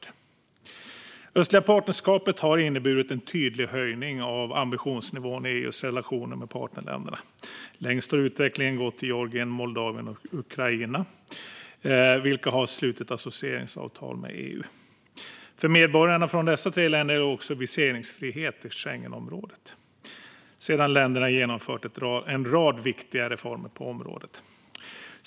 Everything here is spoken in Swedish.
Det östliga partnerskapet har inneburit en tydlig höjning av ambitionsnivån i EU:s relationer med partnerländerna. Längst har utvecklingen gått i Georgien, Moldavien och Ukraina, vilka har slutit associeringsavtal med EU. För medborgarna från dessa tre länder gäller också viseringsfrihet i Schengenområdet sedan länderna genomfört en rad viktiga reformer på området.